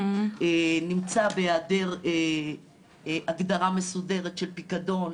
נמצא בהיעדר, הגדרה מסודרת של פיקדון,